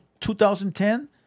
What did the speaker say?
2010